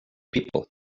people